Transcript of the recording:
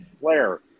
Flair